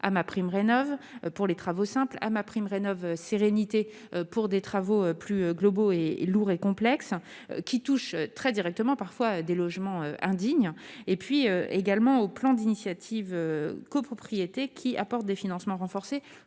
ma prime rénove pour les travaux sainte à ma prime rénove sérénité pour des travaux plus globaux et lourd et complexe qui touche très directement, parfois des logements indignes et puis également au plan d'initiative copropriété qui apportent des financements renforcés